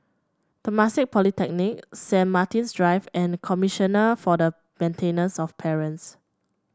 Temasek Polytechnic Saint Martin's Drive and Commissioner for the Maintenance of Parents